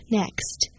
next